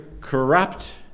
corrupt